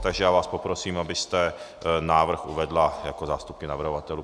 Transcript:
Takže já vás poprosím, abyste návrh uvedla jako zástupkyně navrhovatelů.